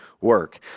work